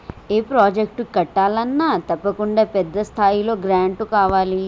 ఏ project కట్టాలన్నా తప్పకుండా పెద్ద స్థాయిలో గ్రాంటు కావాలి